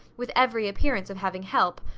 with every appearance of having help,